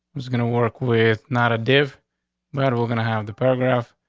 was gonna work with not a div matter. we're gonna have the paragraph,